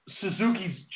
Suzuki's